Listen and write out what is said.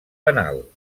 penal